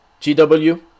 GW